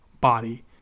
body